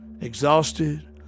exhausted